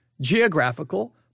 geographical